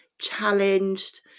challenged